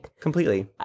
completely